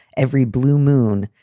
every blue moon